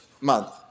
month